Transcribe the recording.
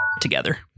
together